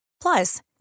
Plus